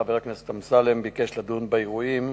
חבר הכנסת אמסלם ביקש לדון באירועים